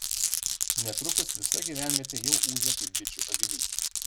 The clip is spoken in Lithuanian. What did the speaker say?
netrukus visa gyvenvietė jau ūžė kaip bičių avilys